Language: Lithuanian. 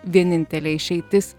vienintelė išeitis